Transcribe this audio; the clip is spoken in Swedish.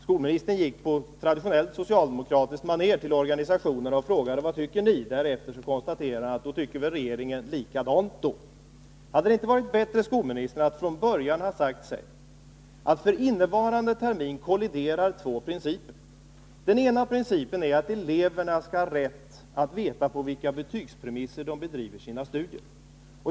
Skolministern gick på traditionellt socialdemokratiskt maner till organisationerna och frågade: Vad tycker ni? Därefter konstaterar han: Då tycker väl regeringen likadant. Hade det inte varit bättre, skolministern, att från början ha sagt sig att för innevarande termin kolliderar två principer? Den ena principen är att eleverna skall ha rätt att veta på vilka betygspremisser de bedriver sina studier.